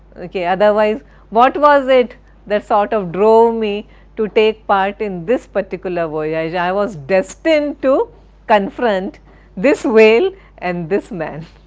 ok, otherwise what was it that sort of drove me to take part in this particular voyage i was destined to confront this whale and this man,